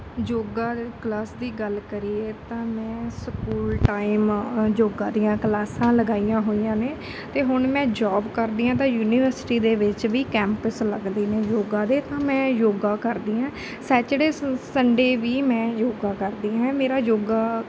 yoga class ਦੀ ਗੱਲ ਕਰੀਏ ਤਾਂ ਮੈਂ ਸਕੂਲ ਟਾਈਮ ਯੋਗਾ ਦੀਆਂ ਕਲਾਸਾਂ ਲਗਾਈਆਂ ਹੋਈਆਂ ਨੇ ਅਤੇ ਹੁਣ ਮੈਂ ਜੋਬ ਕਰਦੀ ਹਾਂ ਤਾਂ ਯੂਨੀਵਰਸਿਟੀ ਦੇ ਵਿੱਚ ਵੀ ਕੈਂਪਸ ਲੱਗਦੇ ਨੇ ਯੋਗਾ ਦੇ ਤਾਂ ਮੈਂ ਯੋਗਾ ਕਰਦੀ ਹਾਂ ਸੈਚਰਡੇ ਸਸੰਡੇ ਵੀ ਮੈਂ ਯੋਗਾ ਕਰਦੀ ਹਾਂ ਮੇਰਾ ਯੋਗਾ